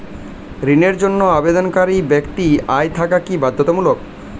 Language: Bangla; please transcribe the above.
ঋণের জন্য আবেদনকারী ব্যক্তি আয় থাকা কি বাধ্যতামূলক?